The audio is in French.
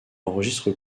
enregistre